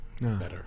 better